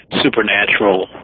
supernatural